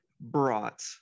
brought